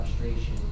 frustration